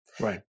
Right